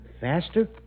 faster